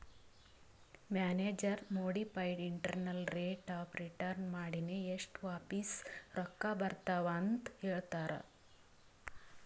manager modified internal rate of return ಮಾಡಿನೆ ಎಸ್ಟ್ ವಾಪಿಸ್ ರೊಕ್ಕಾ ಬರ್ತಾವ್ ಅಂತ್ ಹೇಳ್ತಾರ್